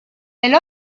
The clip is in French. elle